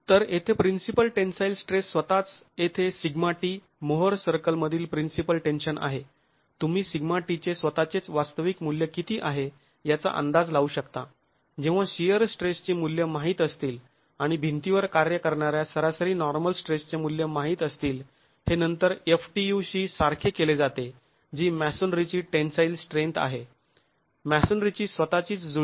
तर येथे principal tensile stress स्वतःच येथे σt मोहर सर्कल मधील प्रिन्सिपल टेन्शन आहे तुम्ही σt चे स्वतःचेच वास्तविक मूल्य किती आहे याचा अंदाज लावू शकता जेव्हा शिअर स्ट्रेसची मूल्यं माहीत असतील आणि भिंतीवर कार्य करणाऱ्या सरासरी नॉर्मल स्ट्रेसचे मूल्य माहीत असतील हे नंतर ftu शी सारखे केले जाते जी मॅसोनरीची टेंन्साईल स्ट्रेन्थ आहे मॅसोनरीची स्वतःचीच जुळणी